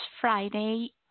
Friday